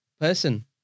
person